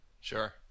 Sure